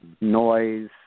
noise